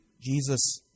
Jesus